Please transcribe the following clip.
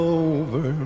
over